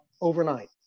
overnight